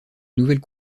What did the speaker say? nouvelles